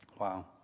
Wow